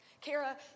Kara